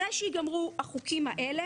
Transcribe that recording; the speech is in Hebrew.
אנחנו פותחים את ישיבת הוועדה המסדרת.